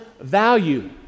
value